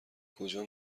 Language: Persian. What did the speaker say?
کجا